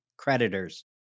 Creditors